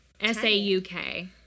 S-A-U-K